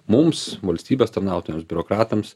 mums valstybės tarnautojams biurokratams